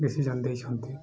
decision ଦେଇଛନ୍ତି